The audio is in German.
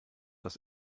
das